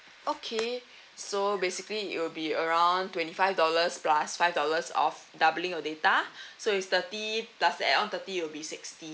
okay so basically it will be around twenty five dollars plus five dollars of doubling your data so it's thirty plus an add-on thirty it will be sixty